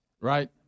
right